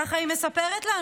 ככה היא מספרת לנו.